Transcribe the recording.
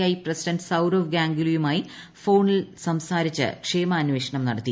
I president Sourav ഗാംഗുലിയുമായി ഫോണിൽ സംസാരിച്ച് ക്ഷേമാന്വേഷണം നടത്തി